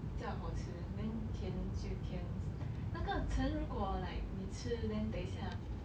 比较好吃 then 甜就甜那个橙如果 like 你吃 then 等一下